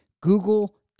Google